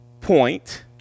point